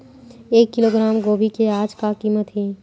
एक किलोग्राम गोभी के आज का कीमत हे?